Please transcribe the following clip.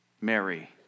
Mary